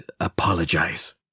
apologize